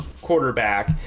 quarterback